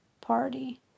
party